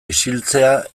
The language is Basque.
isiltze